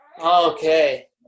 okay